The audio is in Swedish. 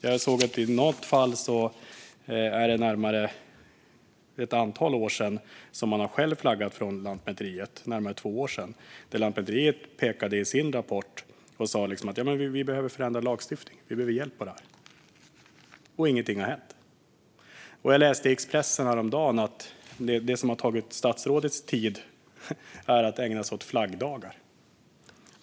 Jag såg att Lantmäteriet i något fall för närmare två år sedan själv flaggade och i sin rapport sa: Vi behöver förändrad lagstiftning; vi behöver hjälp med detta. Men inget har hänt. Jag läste i Expressen häromdagen att det som har tagit upp statsrådets tid är att ägna sig åt flaggdagar.